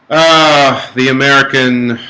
ah the american